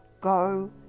Go